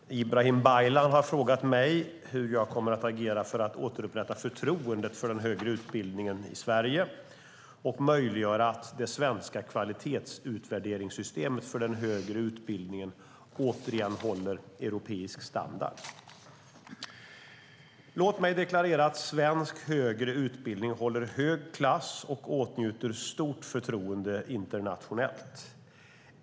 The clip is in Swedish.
Fru talman! Ibrahim Baylan har frågat mig hur jag kommer att agera för att återupprätta förtroendet för den högre utbildningen i Sverige och möjliggöra att det svenska kvalitetsutvärderingssystemet för den högre utbildningen återigen håller europeisk standard. Låt mig deklarera att svensk högre utbildning håller hög klass och åtnjuter stort förtroende internationellt.